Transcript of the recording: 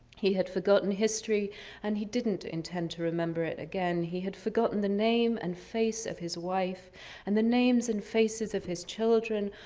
he had forgotten history and he didn't intend to remember it again. he had forgotten the name and face of his wife and the names and faces of his children.